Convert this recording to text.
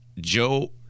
Joe